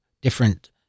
different